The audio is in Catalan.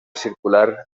circular